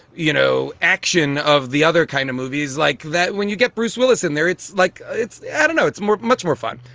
you know, action of the other kind of movies like that. when you get bruce willis in there, it's like it's i don't know, it's much more fun,